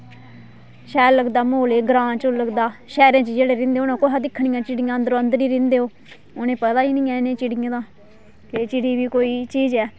शैल लगदा म्हौल ऐ ग्रां च लगदा शैहरे च जेहडे़ रैहंदे उंहे कुत्थै दिक्खनियां चिडियां अंदरु अंदरी रैंहदे ओह् उनेंई पता गै नेई ऐ इनेंई चिडियें दा के चिड़ी बी कोई चीज ऐ